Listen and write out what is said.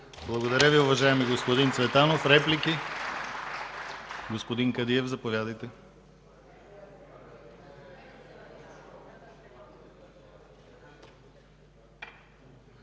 Благодаря Ви, уважаеми господин Цветанов. Реплики? Господин Кадиев, заповядайте.